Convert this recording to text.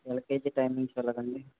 LKG timings ఎలాగ అండి